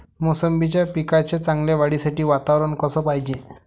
मोसंबीच्या पिकाच्या चांगल्या वाढीसाठी वातावरन कस पायजे?